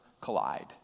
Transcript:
collide